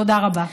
תודה רבה.